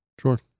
Sure